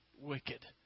wicked